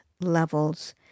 levels